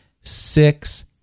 six